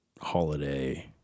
holiday